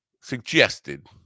suggested